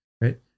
right